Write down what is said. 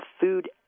food